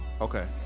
Okay